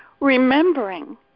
remembering